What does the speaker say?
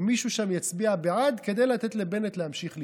ומישהו שם יצביע בעד כדי לתת לבנט להמשיך לישון.